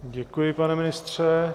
Děkuji, pane ministře.